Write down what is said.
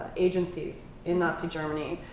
agencies in nazi germany.